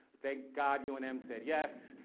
thank god, unmc said yes,